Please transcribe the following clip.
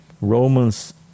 Romans